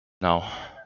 now